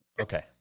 okay